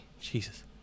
Jesus